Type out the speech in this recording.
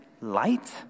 light